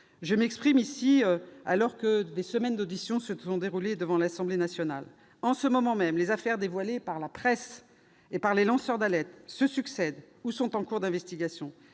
je m'exprime ici alors que des semaines d'auditions ont eu lieu à l'Assemblée nationale. En ce moment même, les affaires dévoilées par la presse et les lanceurs d'alerte se succèdent ou sont en cours d'investigation.